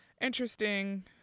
interesting